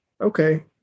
okay